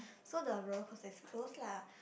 so the rollercoaster is closed lah